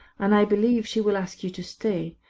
and i believe she will ask you to stay.